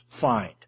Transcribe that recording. find